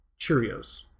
Cheerios